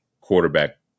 quarterback